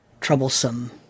troublesome